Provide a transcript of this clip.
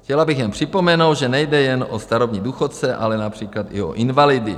Chtěla bych jen připomenout, že nejde jen o starobní důchodce, ale například i o invalidy.